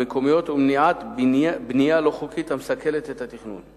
המקומיות ולמניעת בנייה לא חוקית המסכלת את התכנון.